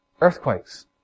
Earthquakes